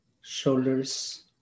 shoulders